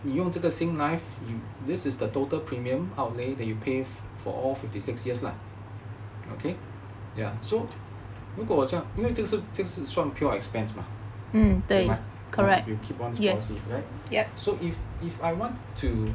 你用这个 singlife this is the total premium outlay that you pay for all fifty six years lah okay ya so 如果我这样不用因为这是算 pure expense mah so if I want to